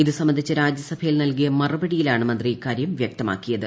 ഇത് സംബന്ധിച്ച് രാജ്യസഭയിൽ നൽകിയ മറുപടിയിലാണ് മന്ത്രി ഇക്കാര്യം വ്യക്തമാക്കിയത്